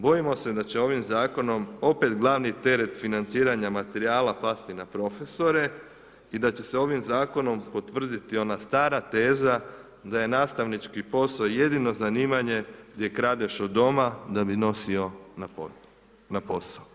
Bojimo se da će ovim zakonom opet glavni teret financiranja materijala pasti na profesore i da će se ovim zakonom potvrditi ona stara teza da je nastavnički posao jedino zanimanje gdje kradeš od doma da bi nosio na posao.